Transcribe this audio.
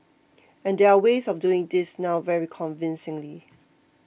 and there're ways of doing this now very convincingly